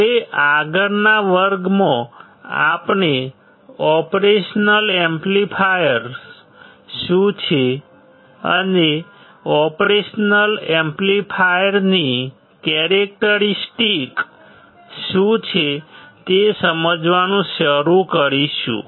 હવે આગળના વર્ગમાં આપણે ઓપરેશનલ એમ્પ્લીફાયર્સ શું છે અને ઓપરેશનલ એમ્પ્લીફાયરની કેરેક્ટરિસ્ટિક શું છે તે સમજવાનું શરૂ કરીશું